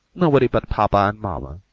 nobody but papa and mamma,